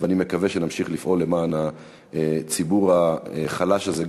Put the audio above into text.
זה גם המקום לפרגן ליושב-ראש הכנסת על העבודה שהוא עשה בנושא הזה.